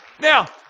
Now